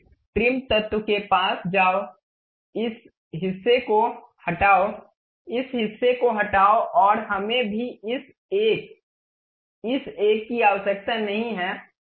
trim तत्त्व के पास जाओ इस हिस्से को हटाओ इस हिस्से को हटाओ और हमें भी इस एक इस एक की आवश्यकता नहीं है